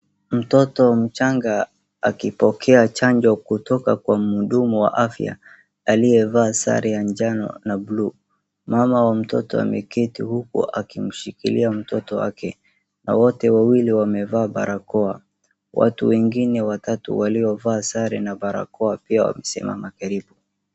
Mtoto mchanga akipokea chanjo kutoka kwa mhudumu wa afya aliyevaa sare ya njano na blue .Mama wa mtoto ameketi akishhikilia mtoto wake huku wote wawili wamevaa barakoa .Watu wawili pia waliovaa sare na barakoa wamesimama karibu.